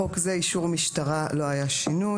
הגדרות "אישור משטרה" לא היה תיקון.